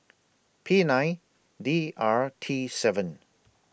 P nine D R T seven